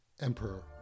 Emperor